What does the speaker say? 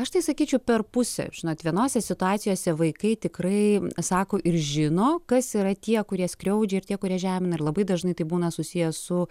aš tai sakyčiau per pusę žinot vienose situacijose vaikai tikrai sako ir žino kas yra tie kurie skriaudžia ir tie kurie žemina ir labai dažnai tai būna susiję su